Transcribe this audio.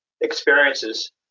experiences